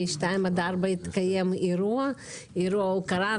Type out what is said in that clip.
מ-14:00 עד 16:0 יתקיים אירוע הוקרה,